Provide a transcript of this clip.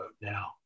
now